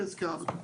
שהזכרת,